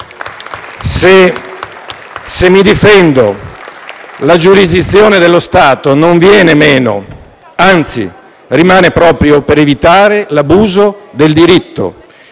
Se mi difendo, la giurisdizione dello Stato non viene meno, anzi, rimane proprio per evitare l'abuso del diritto